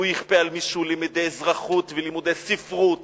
שהוא יכפה על מישהו לימודי אזרחות ולימודי ספרות